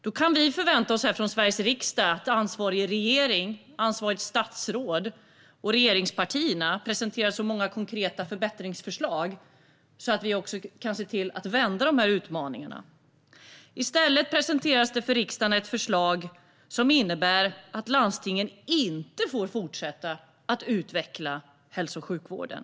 Då kan vi förvänta oss här från Sveriges riksdag att ansvarig regering, ansvarigt statsråd och regeringspartierna presenterar så många konkreta förbättringsförslag att vi kan klara dessa utmaningar. I stället presenteras det för riksdagen ett förslag som innebär att landstingen inte får fortsätta att utveckla hälso och sjukvården.